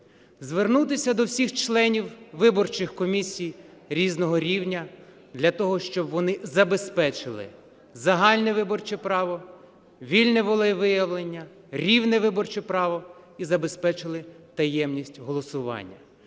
Звернутися до всіх членів виборчих комісій різного рівня для того, щоб вони забезпечили загальне виборче право, вільне волевиявлення, рівне виборче право і забезпечили таємність голосування,